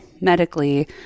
medically